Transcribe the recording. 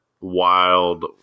wild